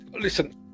listen